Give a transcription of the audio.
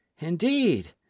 Indeed